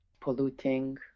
polluting